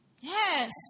Yes